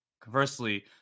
conversely